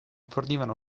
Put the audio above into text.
fornivano